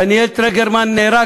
דניאל טרגרמן נהרג